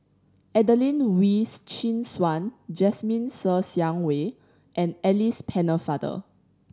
Adelene Wee Chin Suan Jasmine Ser Xiang Wei and Alice Pennefather